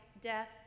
death